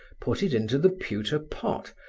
put it into the pewter pot,